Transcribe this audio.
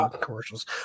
commercials